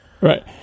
Right